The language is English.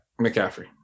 McCaffrey